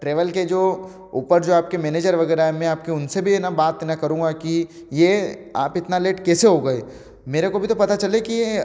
travel के जो ऊपर जो आपके मैनेजर वगैरह है मैं आपके उनसे भी ना बात ना करूँगा कि ये आप इतना लेट कैसे हो गए मेरे को भी तो पता चले कि